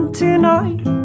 tonight